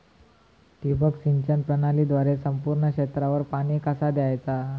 ठिबक सिंचन प्रणालीद्वारे संपूर्ण क्षेत्रावर पाणी कसा दयाचा?